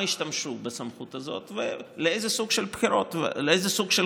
השתמשו בסמכות הזאת ולאיזה סוג של חוקים,